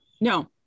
no